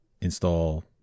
install